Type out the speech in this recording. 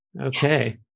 Okay